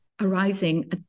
arising